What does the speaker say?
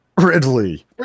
Ridley